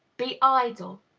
be idle?